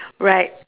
right